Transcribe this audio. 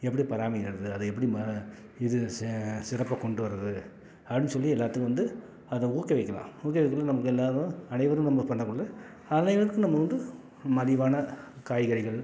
எப்படி பராமரிக்கிறது அதை எப்படி ம இது செ சிறப்பாக கொண்டு வர்றது அப்படின்னு சொல்லி எல்லாத்துக்கும் வந்து அதை ஊக்குவிக்கலாம் ஊக்குவிக்கறது நமக்கு எல்லோரும் அனைவரும் நம்ம பண்ணக்குள்ளே அனைவருக்கும் நம்ம வந்து மலிவான காய்கறிகள்